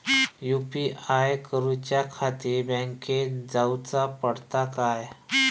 UPI करूच्याखाती बँकेत जाऊचा पडता काय?